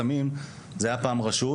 הייתה פעם רשות